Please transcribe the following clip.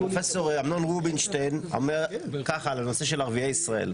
פרופ' אמנון רובינשטיין אומר כך על הנושא של ערביי ישראל,